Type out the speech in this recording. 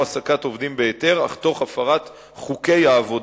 כי יש בהם העסקת עובדים בהיתר אך תוך הפרת חוקי העבודה,